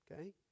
okay